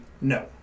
No